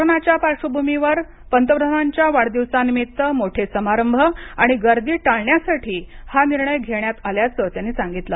कोरोनाच्या पार्बभूमीवर पंतप्रधानांच्या वाढदिवसानिमित्त मोठे समारंभ आणि गर्दी टाळण्यासाठी हा निर्णय घेण्यात आल्याचं त्यांनी सांगितलं